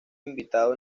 invitado